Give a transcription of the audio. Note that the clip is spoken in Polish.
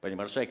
Pani Marszałek!